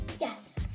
yes